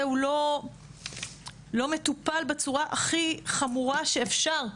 הוא לא מטופל בצורה הכי חמורה שאפשר,